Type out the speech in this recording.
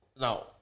now